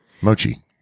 Mochi